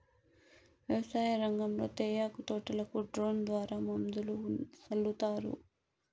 వ్యవసాయ రంగంలో తేయాకు తోటలకు డ్రోన్ ద్వారా మందులు సల్లుతారు